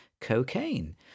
cocaine